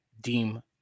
deem